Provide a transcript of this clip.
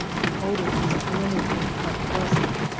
the odor is anything but pleasant.